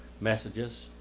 messages